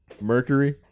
Mercury